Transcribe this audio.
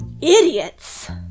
idiots